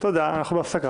(הישיבה נפסקה